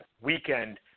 weekend